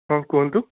ହଁ କୁହନ୍ତୁ